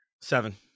seven